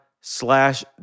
slash